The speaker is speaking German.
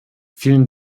vielen